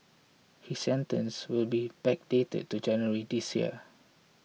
his sentence will be backdated to January this year